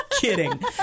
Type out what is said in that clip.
kidding